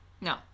No